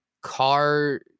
car